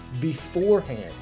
beforehand